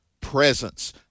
presence